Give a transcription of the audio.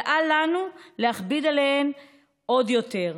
ואל לנו להכביד עליהן עוד יותר.